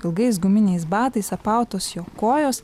ilgais guminiais batais apautos jo kojos